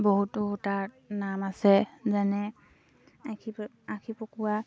বহুতো তাৰ নাম আছে যেনে আশী আশী পকুৱা